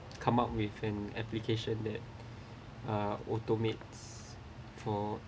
come up with an application that uh automates for